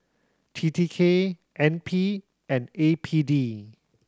T T K N P and A P D